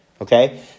okay